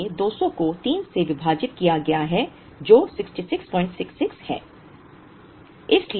इसलिए 200 को 3 से विभाजित किया गया है जो 6666 है